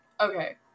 okay